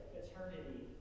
eternity